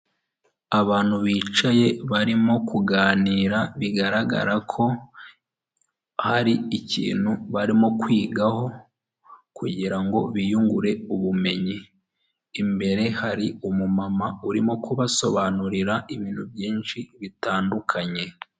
Abantu bicaye barimo kuganira bigaragara ko hari ikintu barimo kwigaho, kugira ngo biyungure ubumenyi, imbere hari umumama urimo kubasobanurira ibintu byinshi bitandukanye.